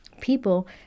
people